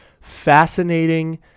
fascinating